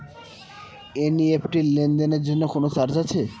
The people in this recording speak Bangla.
এন.ই.এফ.টি লেনদেনের জন্য কোন চার্জ আছে?